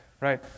Right